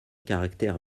caractère